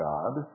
God